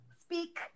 Speak